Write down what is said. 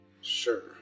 Sure